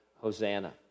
Hosanna